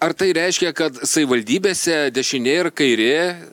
ar tai reiškia kad savivaldybėse dešinė ir kairė